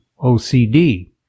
OCD